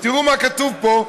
ותראו מה כתוב פה,